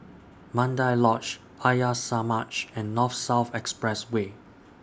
Mandai Lodge Arya Samaj and North South Expressway